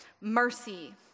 Mercy